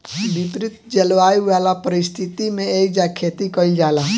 विपरित जलवायु वाला परिस्थिति में एइजा खेती कईल जाला